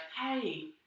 hey